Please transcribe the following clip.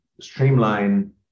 streamline